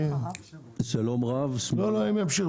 אני יזם